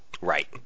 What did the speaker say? Right